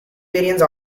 variance